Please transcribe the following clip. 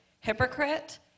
Hypocrite